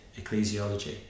Ecclesiology